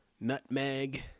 nutmeg